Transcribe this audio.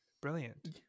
brilliant